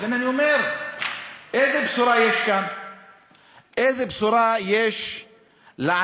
לכן אני אומר, איזו בשורה יש כאן?